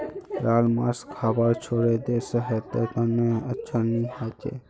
लाल मांस खाबा छोड़े दे सेहतेर त न अच्छा नी छोक